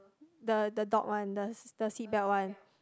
the the dog one the seat belt one